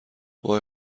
وای